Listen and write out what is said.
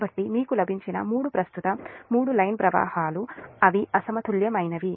కాబట్టి మీకు లభించిన 3 ప్రస్తుత 3 లైన్ ప్రవాహాలు అవి అసమతుల్య మైనవి